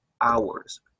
hours